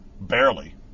Barely